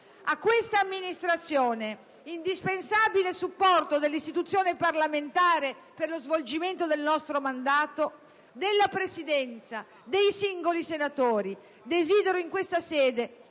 A questa amministrazione indispensabile supporto dell'istituzione parlamentare per lo svolgimento del nostro mandato, della Presidenza, dei singoli senatori desidero in questa sede